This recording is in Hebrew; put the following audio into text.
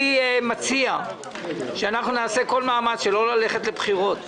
אני מציע שנעשה כל מאמץ לא ללכת לבחירות.